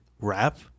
rap